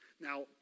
Now